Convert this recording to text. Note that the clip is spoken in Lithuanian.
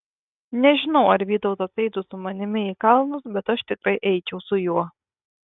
nežinau ar vytautas eitų su manimi į kalnus bet aš tikrai eičiau su juo